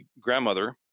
grandmother